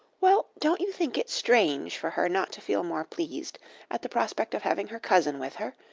well, don't you think it's strange for her not to feel more pleased at the prospect of having her cousin with her.